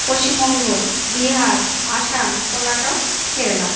Paschimbanga Bihar Assam Karnataka Kerala